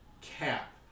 CAP